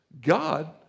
God